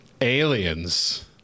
Aliens